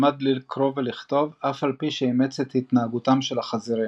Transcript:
למד לקרוא ולכתוב אף על פי שאימץ את התנהגותם של החזירים,